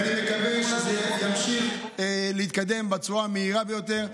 ואני מקווה שזה ימשיך להתקדם בצורה המהירה ביותר.